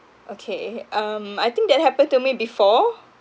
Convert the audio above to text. okay um I think that happened to me before